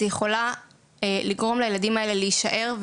היא יכולה לגרום לילדים האלה להישאר,